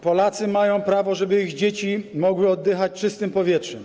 Polacy mają prawo, żeby ich dzieci mogły oddychać czystym powietrzem.